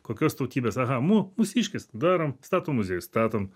kokios tautybės aha mu mūsiškis darom statom muziejus statom